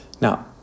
Now